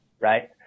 right